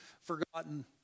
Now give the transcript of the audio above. forgotten